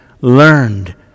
learned